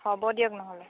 হ'ব দিয়ক নহ'লে